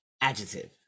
adjective